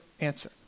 answer